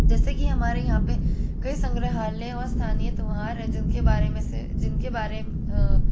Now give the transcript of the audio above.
जैसे कि हमारे यहाँ पे कई संग्रहालय और स्थानीय त्यौहार है जिनके बारे में से जिनके बारे